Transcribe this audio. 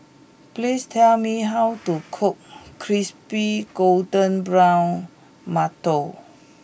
please tell me how to cook Crispy Golden Brown Mantou